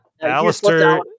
Alistair